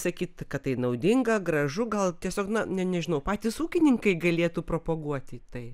sakyt kad tai naudinga gražu gal tiesiog na ne nežinau patys ūkininkai galėtų propaguoti tai